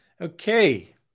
okay